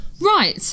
Right